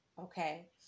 Okay